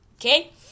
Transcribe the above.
Okay